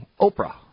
Oprah